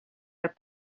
are